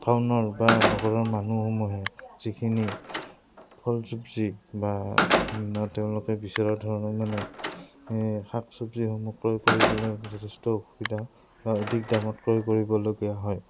টাউনৰ বা নগৰৰ মানুহসমূহে যিখিনি ফল চবজি বা তেওঁলোকে বিচৰা ধৰণৰ মানে শাক চবজিসমূহ ক্ৰয় কৰিবলৈ যথেষ্ট অসুবিধা বা অধিক দামত ক্ৰয় কৰিবলগীয়া হয়